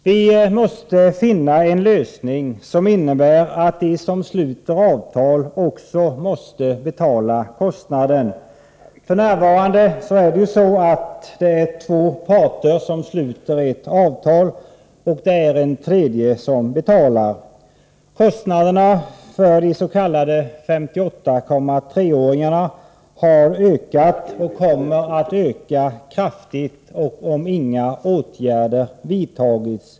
Vi måste finna en lösning, som innebär att de som sluter avtal även måste betala kostnaden. F. n. är det två parter som sluter ett avtal, medan en tredje betalar. Kostnaderna för de s.k. 58,3-åringarna har ökat och kommer att öka kraftigt, om inga åtgärder vidtas.